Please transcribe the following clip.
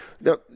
Now